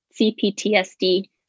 CPTSD